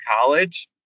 college